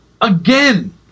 again